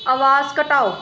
अवाज घटाओ